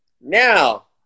Now